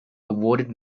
awarded